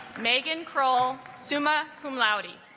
megan crowell summa cum laude